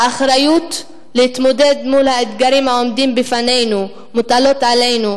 האחריות להתמודד עם האתגרים העומדים בפנינו מוטלת עלינו,